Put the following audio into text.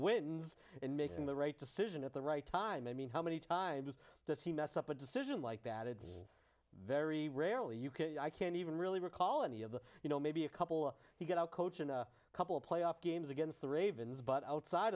wins and making the right decision at the right time i mean how many times to see mess up a decision like that it's very rarely you can i can't even really recall any of the you know maybe a couple he got out coach in a couple of playoff games against the ravens but outside